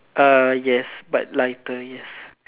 err yes but lighter yes